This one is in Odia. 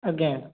ଆଜ୍ଞା